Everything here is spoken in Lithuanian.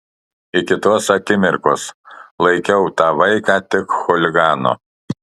iki tos akimirkos laikiau tą vaiką tik chuliganu